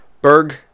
Berg